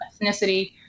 ethnicity